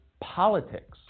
politics